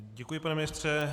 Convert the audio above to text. Děkuji, pane ministře.